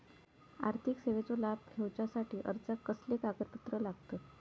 आर्थिक सेवेचो लाभ घेवच्यासाठी अर्जाक कसले कागदपत्र लागतत?